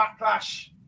backlash